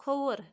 کھووُر